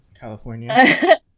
California